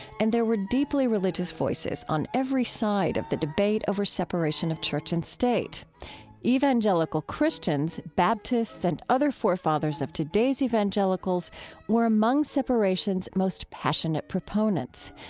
and there were deeply religious voices on every side of the debate over separation of church and state evangelical christians, baptists, and other forefathers of today's evangelicals were among separation's most passionate proponents.